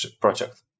project